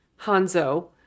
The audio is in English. hanzo